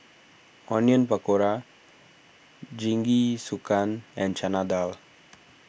Onion Pakora Jingisukan and Chana Dal